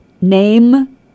name